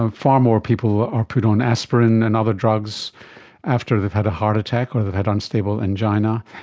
um far more people are put on aspirin and other drugs after they've had a heart attack or they've had unstable angina.